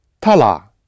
Tala